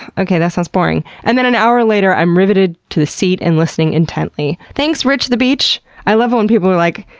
okay, that sounds boring. and then an hour later i'm riveted to the seat and listening intently. thanks rich the beach! i love it when people are like,